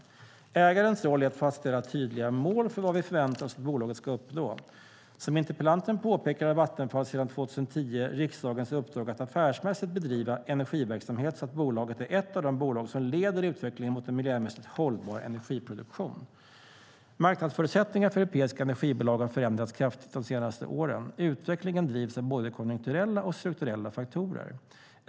Ägarens roll är att fastställa tydliga mål för vad vi förväntar oss att bolaget ska uppnå. Som interpellanten påpekar har Vattenfall sedan 2010 riksdagens uppdrag att affärsmässigt bedriva energiverksamhet så att bolaget är ett av de bolag som leder utvecklingen mot en miljömässigt hållbar energiproduktion. Marknadsförutsättningarna för europeiska energibolag har förändrats kraftigt de senaste åren. Utvecklingen drivs av både konjunkturella och strukturella faktorer.